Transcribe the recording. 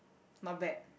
not bad